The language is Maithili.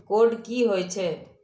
कोड की होय छै?